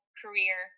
career